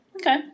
Okay